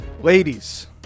Ladies